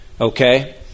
Okay